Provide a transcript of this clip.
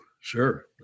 Sure